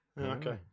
Okay